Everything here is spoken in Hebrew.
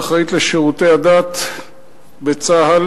האחראית לשירותי הדת בצה"ל.